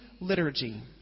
liturgy